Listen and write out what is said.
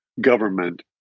government